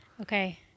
Okay